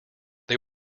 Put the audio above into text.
they